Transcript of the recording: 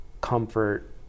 comfort